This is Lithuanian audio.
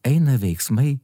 eina veiksmai